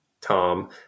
Tom